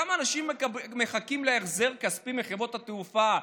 כמה אנשים מחכים להחזר כספי מחברות התעופה,